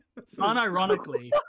Unironically